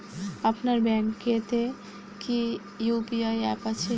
আপনার ব্যাঙ্ক এ তে কি ইউ.পি.আই অ্যাপ আছে?